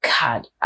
God